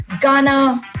Ghana